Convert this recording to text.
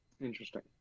interesting